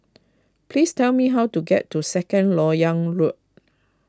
please tell me how to get to Second Lok Yang Road